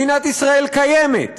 מדינת ישראל קיימת,